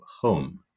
home